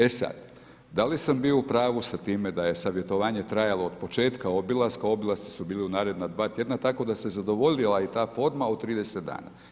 E sad, da li sam bio u pravu sa time da je savjetovanje trajalo od početka obilaska, obilasci su bili u naredna 2 tj., tako da se zadovoljila i ta forma od 30 dana?